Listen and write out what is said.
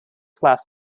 class